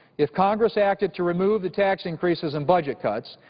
if congress acts to remove the tax increases and budget cuts,